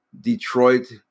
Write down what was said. Detroit